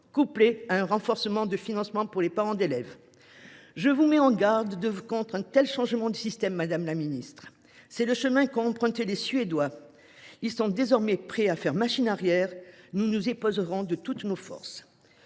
couplé à un renforcement de financement pour les parents d’élèves. Je vous mets en garde contre un tel changement du système, madame la ministre. C’est le chemin qu’ont emprunté les Suédois ; ils sont désormais prêts à faire machine arrière. Nous nous opposerons de toutes nos forces